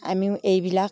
আমিও এইবিলাক